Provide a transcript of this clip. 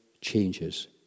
changes